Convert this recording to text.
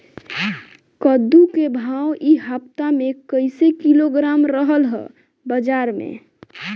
कद्दू के भाव इ हफ्ता मे कइसे किलोग्राम रहल ह बाज़ार मे?